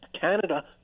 Canada